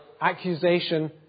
accusation